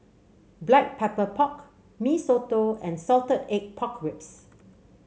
Black Pepper Pork Mee Soto and Salted Egg Pork Ribs